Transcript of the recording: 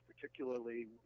particularly